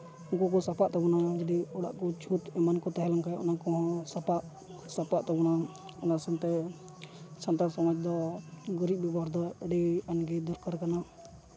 ᱩᱱᱠᱩ ᱠᱚ ᱥᱟᱯᱷᱟᱜ ᱛᱟᱵᱚᱱᱟ ᱡᱩᱫᱤ ᱚᱲᱟᱜ ᱠᱚ ᱪᱷᱩᱸᱛ ᱮᱢᱟᱱ ᱠᱚ ᱛᱟᱦᱮᱸ ᱞᱮᱱᱠᱷᱟᱡ ᱚᱱᱟ ᱠᱚᱦᱚᱸ ᱥᱟᱯᱷᱟ ᱥᱟᱯᱷᱟᱜ ᱛᱟᱵᱳᱱᱟ ᱚᱱᱟ ᱥᱟᱶᱛᱮ ᱥᱟᱱᱛᱟᱲ ᱥᱚᱢᱟᱡᱽ ᱫᱚ ᱜᱩᱨᱤᱡ ᱵᱮᱵᱚᱦᱟᱨᱫᱚ ᱟᱹᱰᱤ ᱜᱟᱱᱜᱮ ᱫᱚᱨᱠᱟᱨ ᱠᱟᱱᱟ